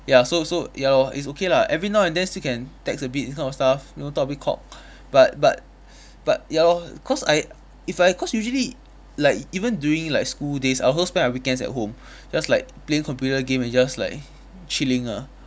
ya so so ya lor it's okay lah every now and then still can text a bit this kind of stuff know talk a bit cock but but but ya lor cause I if I cause usually like even during like school days I also spend my weekends at home just like playing computer game and just like chilling ah